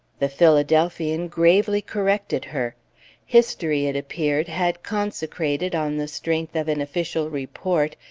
the philadelphian gravely corrected her history, it appeared, had consecrated, on the strength of an official report,